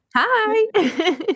Hi